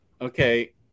okay